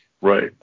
Right